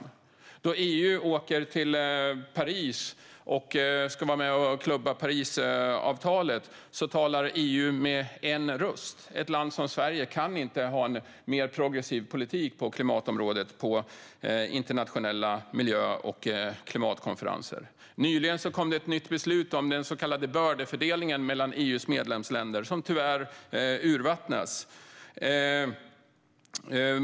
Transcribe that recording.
När EU är i Paris och ska vara med och klubba igenom Parisavtalet talar EU med en röst. Ett land som Sverige kan inte ha en mer progressiv politik på klimatområdet på internationella miljö och klimatkonferenser. Nyligen kom det ett nytt beslut om den så kallade bördefördelningen mellan EU:s medlemsländer, som tyvärr urvattnas.